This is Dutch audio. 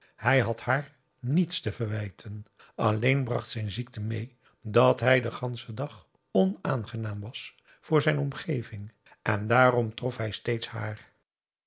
hij had haar niets te verwijten alleen bracht zijn ziekte meê dat hij den ganschen dag onaangenaam was voor zijn omgeving en daarom trof hij steeds haar